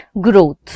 growth